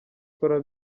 akora